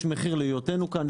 יש מחיר להיותנו כאן,